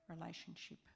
relationship